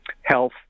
health